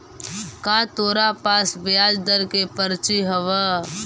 का तोरा पास ब्याज दर के पर्ची हवअ